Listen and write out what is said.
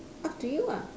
up to you ah